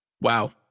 wow